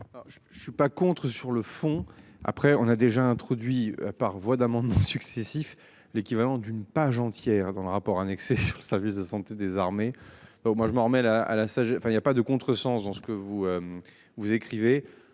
Je ne suis pas contre. Sur le fond, après on a déjà introduit par voie d'amendements successifs, l'équivalent d'une page entière dans le rapport annexé, service de santé des armées. Donc moi je m'en remets la à la sagesse. Enfin il y a pas de contresens dans ce que vous. Vous écrivez